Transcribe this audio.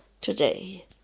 today